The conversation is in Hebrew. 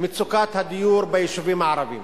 מצוקת הדיור ביישובים הערביים.